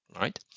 right